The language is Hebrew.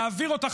להעביר אותה,